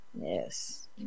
Yes